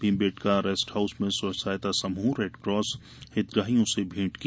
Bhimbetka rest house में स्व सहायता समूह रेडक्रास हितग्राहियों से भेंट भी की